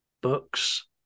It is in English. books